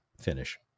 finish